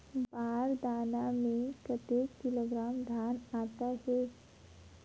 बार दाना में कतेक किलोग्राम धान आता हे?